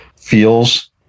feels